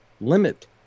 Limit